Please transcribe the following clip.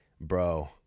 bro